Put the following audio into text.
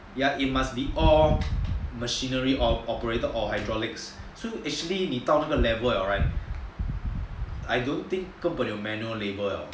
it must be all machinery operated or hydraulics so actually 你到那个 level liao right I don't think 根本有 manual labour liao